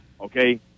okay